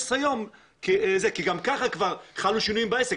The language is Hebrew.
ימים כי גם כך כבר חלו שינויים בעסק,